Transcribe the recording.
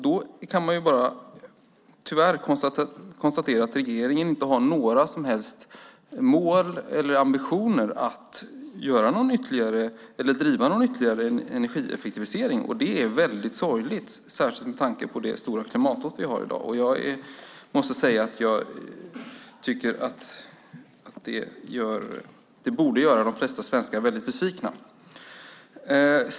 Då kan man tyvärr konstatera att regeringen inte har några som helst mål eller ambitioner att driva någon ytterligare energieffektivisering. Det är väldigt sorgligt, särskilt med tanke på det stora klimathot vi har i dag. Jag måste säga att det borde göra de flesta svenskar väldigt besvikna.